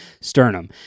sternum